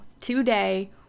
today